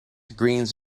greens